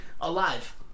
alive